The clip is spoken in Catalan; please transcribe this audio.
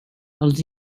els